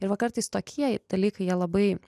ir va kartais tokie dalykai jie labai